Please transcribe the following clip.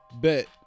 bet